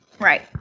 Right